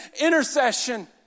intercession